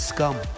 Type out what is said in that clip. Scum